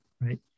right